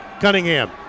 Cunningham